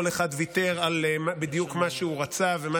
כל אחד ויתר על מה שהוא רצה בדיוק ומה